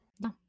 no